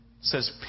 Says